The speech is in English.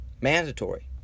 mandatory